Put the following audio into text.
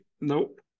Nope